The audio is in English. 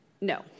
No